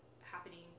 happening